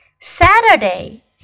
Saturday